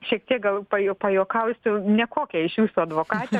šiek tiek gal paju pajuokausiu nekokia iš jūsų advokatė